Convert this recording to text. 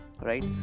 right